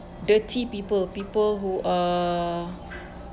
dirty people people who err